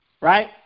right